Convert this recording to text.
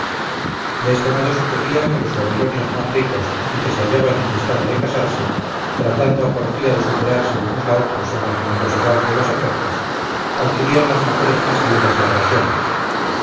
de este modo sucedía que los babilonios más ricos y que se hallaban en estado de casarse tratando a porfía de superarse unos a otros en la generosidad de las ofertas adquirían las mujeres más lindas y agraciadas